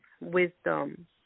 wisdom